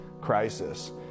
crisis